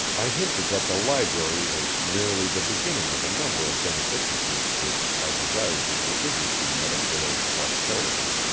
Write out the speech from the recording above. i hinted that the library was merely the beginning of a number of beneficences which i desired to contribute to meadowvale's prosperity,